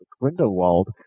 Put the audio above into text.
Grindelwald